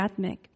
atmic